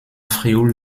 frioul